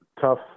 tough